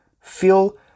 feel